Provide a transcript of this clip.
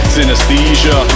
Synesthesia